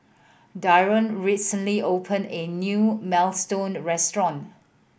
Darion recently opened a new Minestrone Restaurant